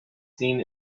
seen